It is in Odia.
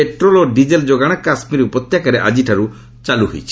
ପେଟ୍ରୋଲ୍ ଓ ଡିଜେଲ୍ ଯୋଗାଣ କାଶ୍ମୀର ଉପତ୍ୟକାରେ ଆଜିଠାରୁ ଚାଲୁ ହୋଇଛି